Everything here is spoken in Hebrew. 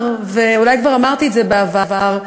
ואולי כבר אמרתי את זה בעבר,